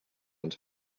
ens